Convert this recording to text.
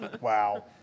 Wow